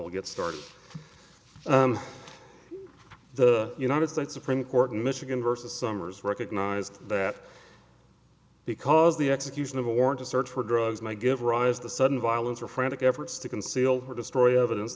will get started the united states supreme court in michigan versus summers recognized that because the execution of a warrant to search for drugs might give rise to sudden violence or frantic efforts to conceal or destroy evidence